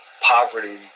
poverty